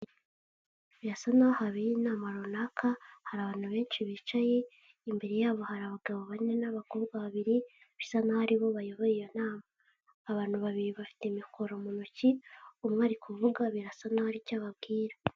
Birasa n'aho habereye inama runaka, hari abantu benshi bicaye, imbere yabo hari abagabo bane n'abakobwa babiri, bisa nk'aho aribo bayoboye iyo nama. Abantu babiri bafite mikoro mu ntoki, umwe ari kuvuga birasa n'aho hari icyo ababwira.